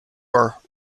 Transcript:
are